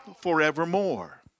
forevermore